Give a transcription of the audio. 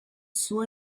suo